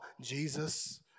Jesus